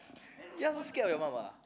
ya all so scared of your mum